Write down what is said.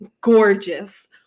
gorgeous